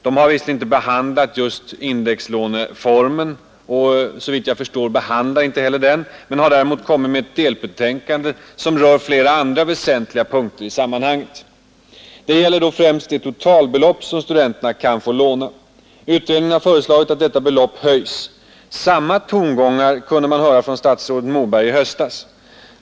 Man har visserligen inte behandlat just indexlåneformen, men man har framlagt ett delbetänkande som rör flera andra väsentliga punkter i sammanhanget. Det gäller då främst det totalbelopp som studenterna kan få låna. Utredningen har föreslagit att detta belopp höjs. Samma tongångar kunde man höra från statsrådet Moberg i höstas.